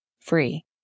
free